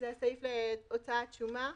זה הסעיף להוצאת שומה.